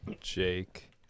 Jake